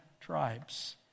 tribes